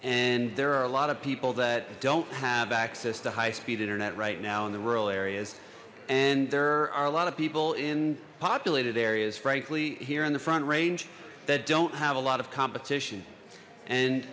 and there are a lot of people that don't have access to high speed internet right now in the rural areas and there are a lot of people in populated areas frankly here in the front range that don't have a lot of competition and